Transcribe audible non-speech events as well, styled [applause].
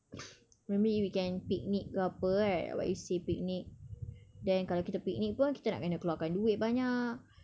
[noise] maybe we can picnic ke apa right what you said picnic then kalau kita picnic pun kita nak kena keluarkan duit banyak